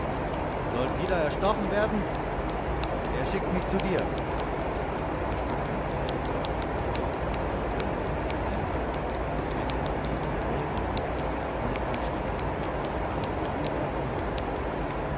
soll pida erstochen werden er schickt mich zu dir er verstand meine worte trotz des geheules seiner leute und erhob die eine hand eine bewegung derselben genügte und es trat stille ein aber die kiowas umringten uns